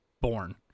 born